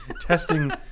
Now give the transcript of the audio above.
Testing